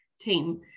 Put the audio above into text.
team